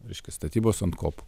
reiškias statybos ant kopų